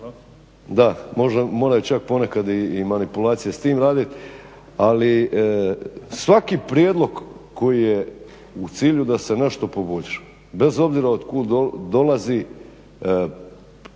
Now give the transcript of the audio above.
moraju čak ponekad i manipulacije s tim raditi ali svaki prijedlog koji je u cilju da se nešto poboljša bez obzira od kuda dolazi,